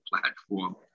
platform